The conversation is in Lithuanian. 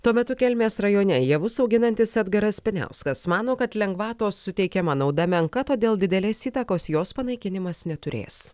tuo metu kelmės rajone javus auginantis edgaras piniauskas mano kad lengvatos suteikiama nauda menka todėl didelės įtakos jos panaikinimas neturės